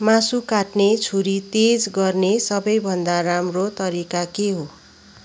मासु काट्ने छुरी तेज गर्ने सबैभन्दा राम्रो तरिका के हो